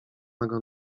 mego